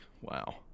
Wow